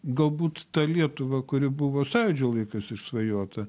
galbūt tą lietuvą kuri buvo sąjūdžio laikais išsvajota